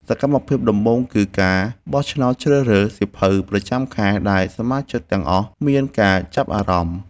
សកម្មភាពដំបូងគឺការបោះឆ្នោតជ្រើសរើសសៀវភៅប្រចាំខែ ដែលសមាជិកទាំងអស់មានការចាប់អារម្មណ៍។